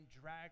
drag